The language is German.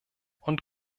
und